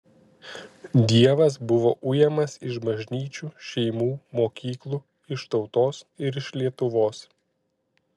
dievas buvo ujamas iš bažnyčių šeimų mokyklų iš tautos ir iš lietuvos